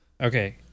Okay